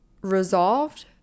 resolved